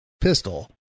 pistol